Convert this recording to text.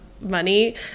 money